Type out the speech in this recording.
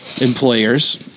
employers